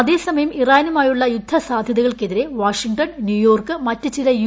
അതേസമയം ഇറാനുമായുള്ള യുദ്ധ സാധ്യതകൾക്കെതിരെ വാഷിംഗ്ടൺ ന്യൂയോർക്ക് മറ്റ് ചില യു